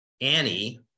Annie